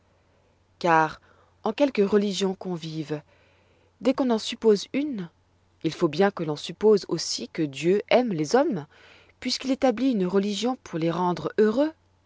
car en quelque religion qu'on vive dès qu'on en suppose une il faut bien que l'on suppose aussi que dieu aime les hommes puisqu'il établit une religion pour les rendre heureux